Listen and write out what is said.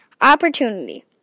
Opportunity